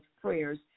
prayers